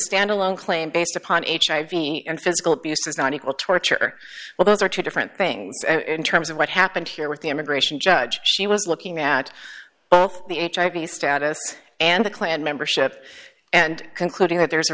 stand alone claim based upon hiv and physical abuse is not equal torture well those are two different things in terms of what happened here with the immigration judge she was looking at both the h i b status and the klan membership and concluding that there is a